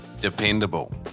dependable